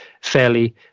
fairly